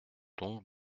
donc